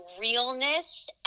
realness